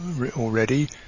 already